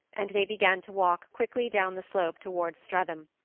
and they began to walk quickly down the slope towards streatham.